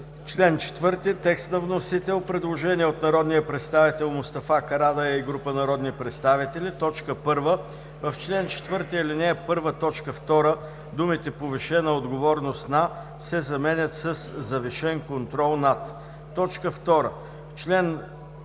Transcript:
Член 4 – текст на вносител, предложение от народния представител Мустафа Карадайъ и група народни представители: „1. В чл. 4, ал. 1, т. 2 думите „повишена отговорност на“ се заменят със „завишен контрол над“. 2. В чл. 4